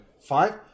Five